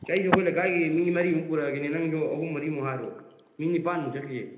ꯁꯤꯗ ꯑꯩꯁꯨ ꯑꯩꯈꯣꯏ ꯂꯩꯀꯥꯏꯒꯤ ꯃꯤ ꯃꯔꯤꯃꯨꯛ ꯄꯣꯔꯛꯑꯒꯦꯅꯦ ꯅꯪꯁꯨ ꯑꯍꯨꯝ ꯃꯔꯤꯃꯨꯛ ꯍꯥꯏꯔꯣ ꯃꯤ ꯅꯤꯄꯥꯟꯃꯨꯛ ꯆꯠꯈꯤꯁꯦ